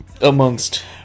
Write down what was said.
amongst